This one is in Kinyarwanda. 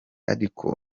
ariko